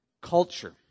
culture